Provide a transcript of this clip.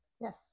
Yes